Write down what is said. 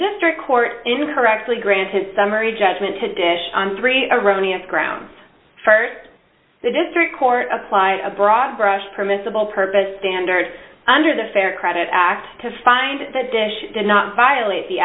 district court incorrectly granted summary judgment to dish on three erroneous grounds for the district court apply a broad brush permissible purpose standard under the fair credit act to find that dish did not violate the